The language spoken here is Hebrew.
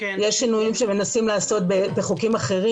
יש שינויים שמנסים לעשות בחוקים אחרים.